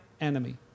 enemy